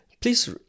please